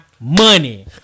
money